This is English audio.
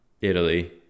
Italy